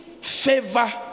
favor